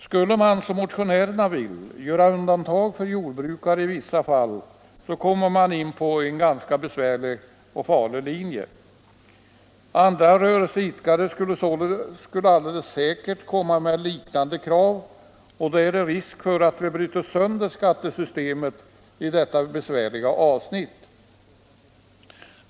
Skulle man, som motionärerna vill, göra undantag för jordbrukare i vissa fall så skulle man komma in på en ganska besvärlig och farlig linje. Andra rörelseidkare skulle alldeles säkert komma med liknande krav, och då är det risk för att vi bryter sönder skattesystemet i detta besvärliga avsnitt.